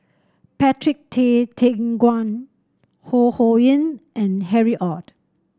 Patrick Tay Teck Guan Ho Ho Ying and Harry Ord